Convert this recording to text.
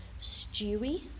stewy